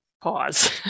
pause